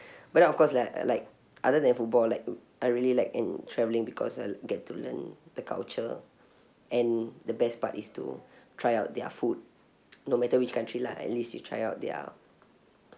but then of course like uh like other than football like I really like and travelling because I'll get to learn the culture and the best part is to try out their food no matter which country lah at least you try out their